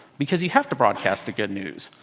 because you have to broadcast the good news,